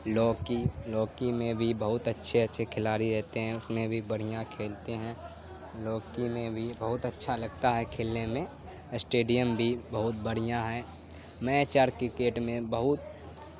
لوکی لوکی میں بھی بہت اچھے اچھے کھلاڑی رہتے ہیں اس میں بھی بڑھیا کھیلتے ہیں لوکی میں بھی بہت اچھا لگتا ہے کھیلنے میں اسٹیڈیم بھی بہت بڑھیا ہیں میچ اور کرکٹ میں بہت